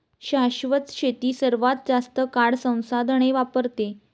शाश्वत शेती सर्वात जास्त काळ संसाधने वापरते